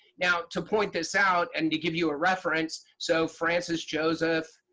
now, to point this out and to give you a reference, so francis joseph,